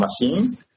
machine